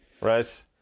Right